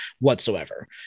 whatsoever